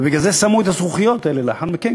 ובגלל זה שמו את הזכוכיות האלה לאחר מכן,